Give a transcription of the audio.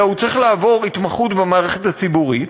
אלא הוא צריך לעבור התמחות במערכת הציבורית,